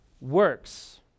works